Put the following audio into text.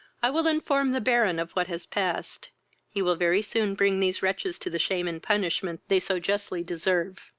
i will inform the baron of what has passed he will very soon bring these wretches to the shame and punishment they so justly deserve.